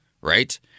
right